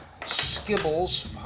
Skibbles